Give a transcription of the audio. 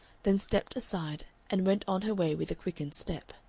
then stepped aside and went on her way with a quickened step.